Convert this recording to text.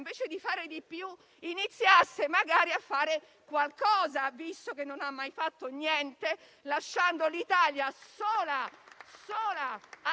invece di fare di più, iniziasse magari a fare qualcosa, visto che non ha mai fatto niente, lasciando l'Italia sola - sola!